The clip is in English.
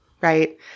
right